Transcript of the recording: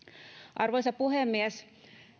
arvoisa puhemies